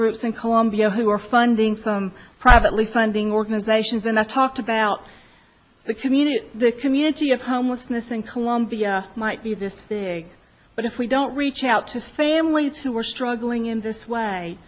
groups in colombia who are funding some privately funding organizations and i talked about the community the community of homelessness in columbia might be this big but if we don't reach out to families who are struggling in this way